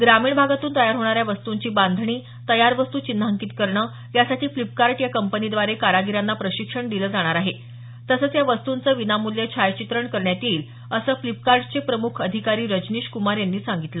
ग्रामीण भागातून तयार होणाऱ्या वस्तूंची बांधणी तयार वस्तू चिन्हांकीत करणं यासाठी फ्लिपकार्ट या कंपनीद्वारे कारागिरांना प्रशिक्षण दिलं जाणार आहे तसंच या वस्तंचं विनामूल्य छायाचित्रण करण्यात येईल असं फ्लिपकार्टचे प्रमुख अधिकारी रजनीश कुमार यांनी सांगितलं